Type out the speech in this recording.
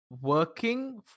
working